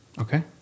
Okay